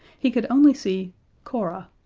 he could only see cora,